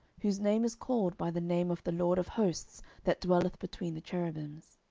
whose name is called by the name of the lord of hosts that dwelleth between the cherubims.